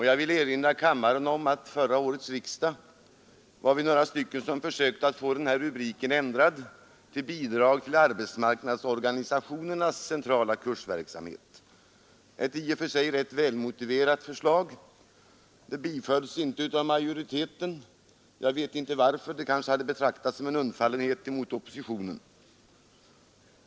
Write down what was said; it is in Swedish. Jag vill erinra kammaren om att vid förra årets riksdag var vi några som försökte få denna rubrik ändrad till Bidrag till arbetsmarknadsorganisationernas centrala kursverksamhet — ett i och för sig rätt välmotiverat förslag. Det tillstyrktes inte av majoriteten. Jag vet inte varför — det kanske hade betraktats som undfallenhet mot oppositionen.